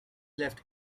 left